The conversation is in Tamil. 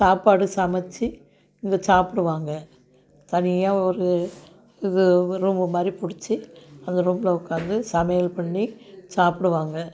சாப்பாடு சமைத்து இங்கே சாப்பிடுவாங்க தனியாக ஒரு இது ரூமு மாதிரி பிடிச்சி அந்த ரூமில் உட்காந்து சமையல் பண்ணி சாப்பிடுவாங்க